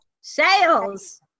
Sales